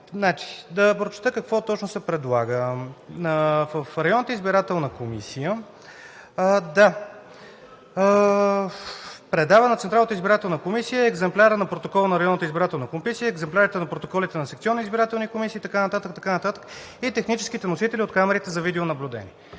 Да прочета какво точно се предлага: „Районната избирателна комисия да предава на Централната избирателна комисия екземпляра на протокола на районната избирателна комисия, екземплярите на протоколите на секционни избирателни комисии – и така нататък, и така нататък – и техническите носители от камерите за видеонаблюдение“.